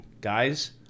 guys